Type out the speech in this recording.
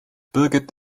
birgit